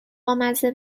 بامزه